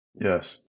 Yes